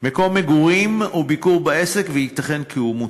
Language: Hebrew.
מקום מגורים או ביקור בעסק, וייתכן כי הוא מוטעה.